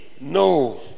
No